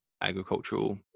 agricultural